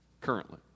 currently